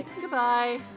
goodbye